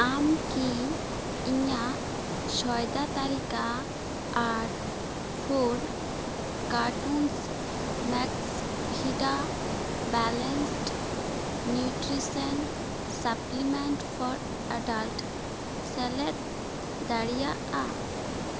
ᱟᱢ ᱠᱤ ᱤᱧᱟᱹᱜ ᱥᱚᱭᱫᱟ ᱛᱟᱹᱞᱤᱠᱟ ᱟᱨ ᱯᱷᱳᱨ ᱠᱟᱨᱴᱩᱱᱥ ᱢᱮᱠᱥᱵᱷᱤᱰᱟ balance nutrition supplement for adult ᱥᱮᱞᱮᱫ ᱫᱟᱲᱮᱭᱟᱜᱼᱟ